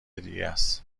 دیگس